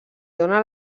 dóna